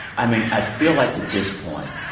i mean, i feel like, at this point,